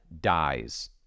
dies